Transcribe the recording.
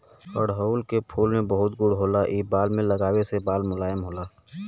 अढ़ऊल के फूल में बहुत गुण होला इ बाल में लगावे से बाल मुलायम होला